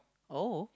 oh